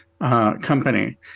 company